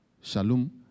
Shalom